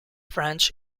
french